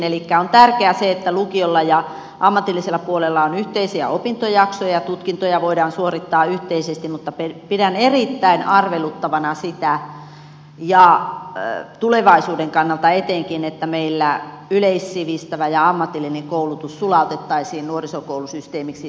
elikkä on tärkeää se että lukiolla ja ammatillisella puolella on yhteisiä opintojaksoja tutkintoja voidaan suorittaa yhteisesti mutta pidän erittäin arveluttavana sitä etenkin tulevaisuuden kannalta että meillä yleissivistävä ja ammatillinen koulutus sulautettaisiin yhteen nuorisokoulusysteemiksi